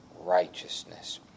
righteousness